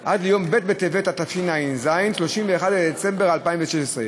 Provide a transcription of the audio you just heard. בטבת התשע"ז, 31 בדצמבר 2016,